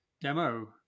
demo